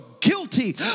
guilty